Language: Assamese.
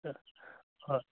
হয়